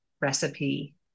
recipe